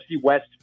West